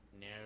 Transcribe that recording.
no